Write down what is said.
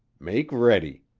make ready.